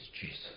Jesus